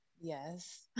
Yes